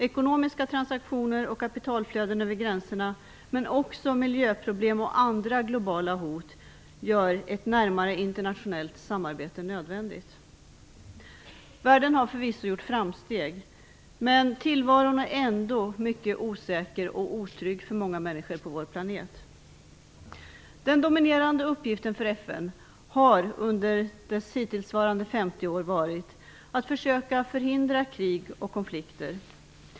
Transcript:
Ekonomiska transaktioner och kapitalflöden över gränserna men också miljöproblem och andra globala hot gör ett närmare internationellt samarbete nödvändigt. Världen har förvisso gjort framsteg, men tillvaron är ändå mycket osäker och otrygg för många människor på vår planet. Den dominerande uppgiften för FN har under dess hittillsvarande 50 år varit att försöka förhindra krig och konflikter.